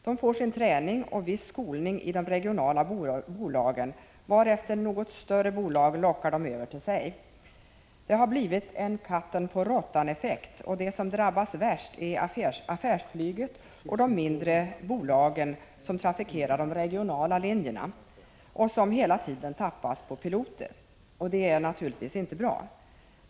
De får sin träning och viss skolning i de regionala bolagen, varefter något större bolag lockar dem över till sig. Det har blivit en katten-på-råttan-effekt. Värst drabbas affärsflyget och de mindre bolag som trafikerar de regionala linjerna, som hela tiden tappas på piloter. Detta är naturligtvis inte bra.